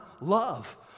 Love